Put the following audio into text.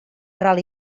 ral